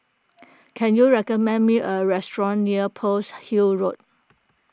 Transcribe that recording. can you recommend me a restaurant near Pearl's Hill Road